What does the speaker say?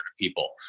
people